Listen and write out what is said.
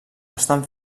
estan